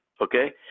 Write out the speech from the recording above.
okay